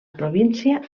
província